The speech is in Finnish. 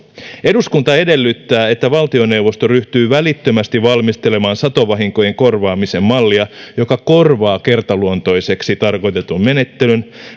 eduskunta edellyttää että valtioneuvosto ryhtyy välittömästi valmistelemaan satovahinkojen korvaamisen mallia joka korvaa kertaluontoiseksi tarkoitetun menettelyn